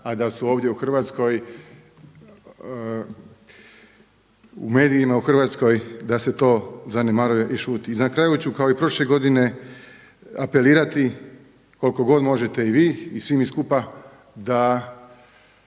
a da su ovdje u Hrvatskoj u medijima u Hrvatskoj da se to zanemaruju i šuti. I na kraju ću kao i prošle godine apelirati koliko god možete i vi i svi mi skupa da